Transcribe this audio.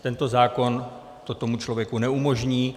Tento zákon to tomu člověku neumožní.